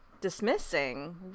dismissing